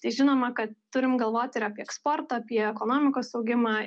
tai žinoma kad turim galvot ir apie eksportą apie ekonomikos augimą